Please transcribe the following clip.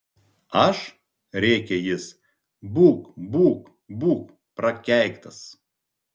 aš rėkė jis būk būk būk prakeiktas